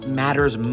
matters